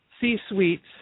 C-suites